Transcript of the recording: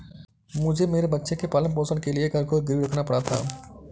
मुझे मेरे बच्चे के पालन पोषण के लिए घर को गिरवी रखना पड़ा था